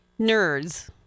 nerds